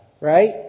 right